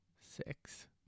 six